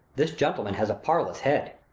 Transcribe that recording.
this gentleman has a parlous head.